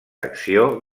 acció